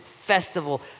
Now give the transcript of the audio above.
festival